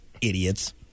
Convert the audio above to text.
Idiots